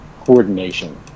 coordination